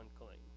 unclean